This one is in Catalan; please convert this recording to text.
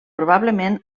probablement